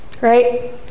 Right